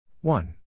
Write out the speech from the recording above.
one